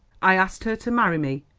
i asked her to marry me,